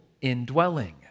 indwelling